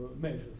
measures